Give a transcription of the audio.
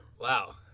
Wow